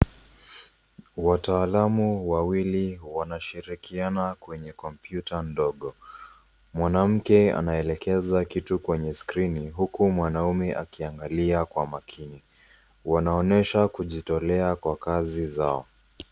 Wataalamu wawili wanashirikiana kwenye kompyuta ndogo. Mwanamke anaelekeza kitu kwenye skrini huku mwanaume akiangalia kwa makini. Wanaonesha kujitolea kwa kazi zao.